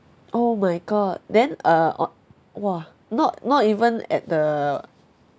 oh my god then uh on !wah! not not even at the